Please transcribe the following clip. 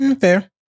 Fair